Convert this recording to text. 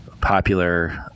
popular